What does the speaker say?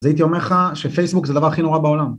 אז הייתי אומר לך שפייסבוק זה הדבר הכי נורא בעולם.